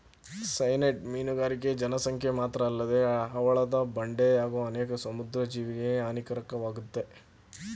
cyanide ಮೀನುಗಾರಿಕೆ ಜನಸಂಖ್ಯೆ ಮಾತ್ರಅಲ್ಲದೆ ಹವಳದ ಬಂಡೆ ಹಾಗೂ ಅನೇಕ ಸಮುದ್ರ ಜೀವಿಗೆ ಹಾನಿಕಾರಕವಾಗಯ್ತೆ